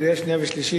קריאה שנייה ושלישית,